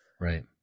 Right